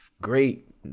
Great